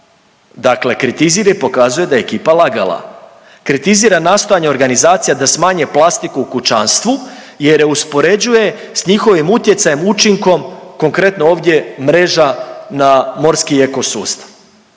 dakle kritizira i pokazuje da je ekipa lagala, kritizira nastojanja organizacija da smanje plastiku u kućanstvu jer je uspoređuje s njihovim utjecajem, učinkom, konkretno ovdje mreža na morski ekosustav.